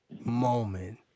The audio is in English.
moment